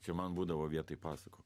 čia man būdavo vietoj pasakų